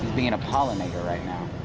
being a pollinator right now.